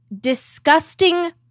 disgusting